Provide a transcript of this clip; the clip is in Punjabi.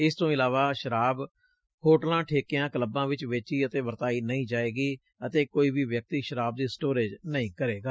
ਇਸ ਤੋਂ ਇਲਾਵਾ ਸ਼ਰਾਬ ਹੋਟਲਾਂ ਠੇਕਿਆਂ ਕਲੱਬਾਂ ਵਿੱਚ ਵੇਚੀ ਅਤੇ ਵਰਤਾਈ ਨਹੀ ਜਾਵੇਗੀ ਅਤੇ ਕੋਈ ਵੀ ਵਿਅਕਤੀ ਸ਼ਰਾਬ ਦੀ ਸਟੋਰੇਜ ਨਹੀ ਕਰੇਗਾ